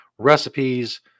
recipes